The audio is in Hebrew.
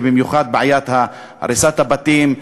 ובמיוחד בעיית הריסת הבתים,